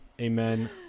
Amen